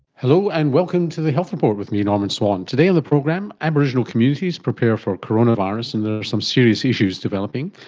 hello, and welcome to the health report with me, norman swan. today on the program, aboriginal communities prepare for coronavirus, and there are some serious issues developing.